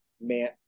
man